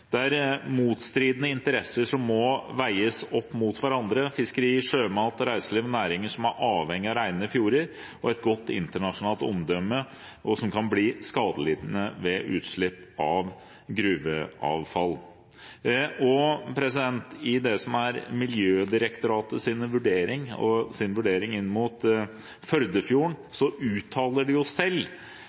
motstridende interesser som må veies opp mot hverandre. Fiskeri, sjømat og reiseliv er næringer som er avhengig av rene fjorder og et godt internasjonalt omdømme, og som kan bli skadelidende ved utslipp av gruveavfall.